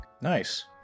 Nice